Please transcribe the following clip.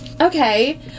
Okay